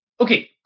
Okay